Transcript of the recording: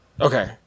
Okay